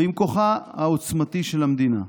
ועם כוחה העוצמתי של המדינה.